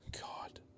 God